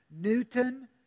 Newton